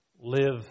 Live